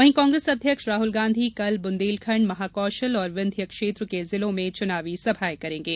वही कांग्रेस अध्यक्ष राहुल गांधी कल बुंदेलखंड महाकौशल और विन्ध्य क्षेत्र के जिलों में चुनावी सभाएं करेंगे